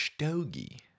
stogie